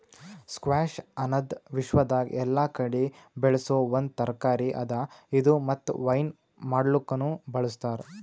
squash ಅನದ್ ವಿಶ್ವದಾಗ್ ಎಲ್ಲಾ ಕಡಿ ಬೆಳಸೋ ಒಂದ್ ತರಕಾರಿ ಅದಾ ಮತ್ತ ಇದು ವೈನ್ ಮಾಡ್ಲುಕನು ಬಳ್ಸತಾರ್